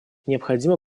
необходимо